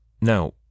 Now